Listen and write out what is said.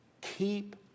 keep